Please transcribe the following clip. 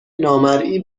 نامرئی